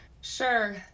sure